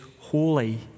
holy